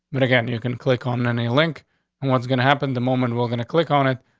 but again, you can click on any link what's gonna happen the moment we're gonna click on it,